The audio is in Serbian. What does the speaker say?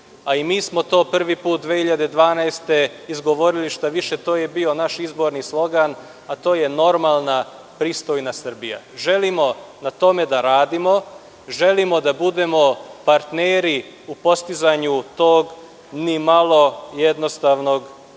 a i mi smo to prvi put 2012. godine izgovorili, šta više, to je bio naš izborni slogan, a to je – normalna, pristojna Srbija. Želimo na tome da radimo. Želimo da budemo partneri u postizanju tog nimalo jednostavnog cilja.